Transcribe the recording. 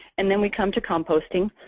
and then we come to composting.